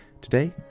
Today